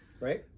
Right